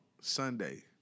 Sunday